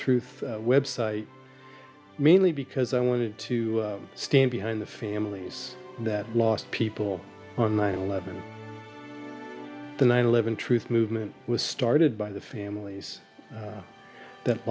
truth website mainly because i wanted to stand behind the families that lost people on nine eleven the nine eleven truth movement was started by the families that